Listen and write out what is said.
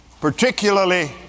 particularly